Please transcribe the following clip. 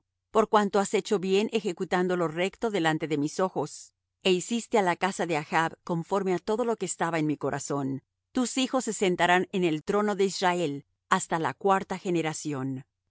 por cuanto has hecho bien ejecutando lo recto delante de mis ojos é hiciste á la casa de achb conforme á todo lo que estaba en mi corazón tus hijos se sentarán en el trono de israel hasta la cuarta generación mas